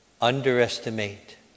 underestimate